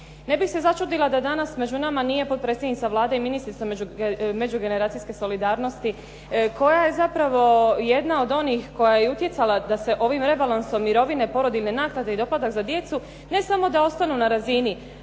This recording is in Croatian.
Ne bih se začudila da danas među nama nije potpredsjednica Vlade i ministrica međugeneracijske solidarnosti koja je zapravo jedna od onih koja je utjecala da se ovim rebalansom mirovine i porodiljne naknade i doplatak za djecu ne samo da ostanu na razini